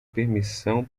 permissão